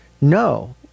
No